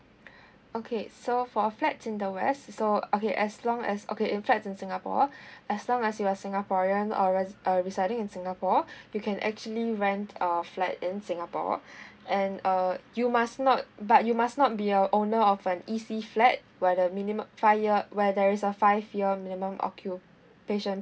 okay so for a flat in the west so okay as long as okay in fact in singapore as long as you are singaporean or resident uh residing in singapore you can actually rent a flat in singapore and uh you must not but you must not be a owner of an E_C flat where the minimum five year where there is a five year minimum occupation